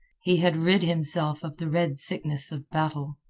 he had rid himself of the red sickness of battle.